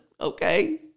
okay